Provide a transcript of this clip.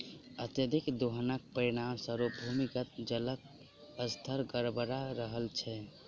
अत्यधिक दोहनक परिणाम स्वरूप भूमिगत जलक स्तर गड़बड़ा रहल छै